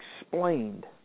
explained